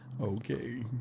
okay